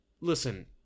Listen